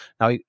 Now